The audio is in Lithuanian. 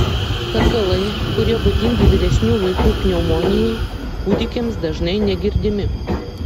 karkalai kurie būdingi vyresnių vaikų pneumonijai kūdikiams dažnai negirdimi